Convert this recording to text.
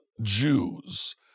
Jews